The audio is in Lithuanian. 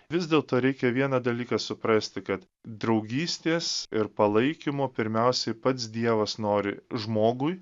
vis dėlto reikia vieną dalyką suprasti kad draugystės ir palaikymo pirmiausiai pats dievas nori žmogui